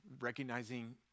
recognizing